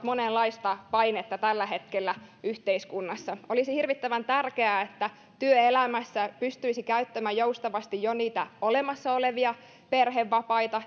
monenlaista painetta tällä hetkellä yhteiskunnassa olisi hirvittävän tärkeää että työelämässä pystyisi käyttämään joustavasti jo niitä olemassa olevia perhevapaita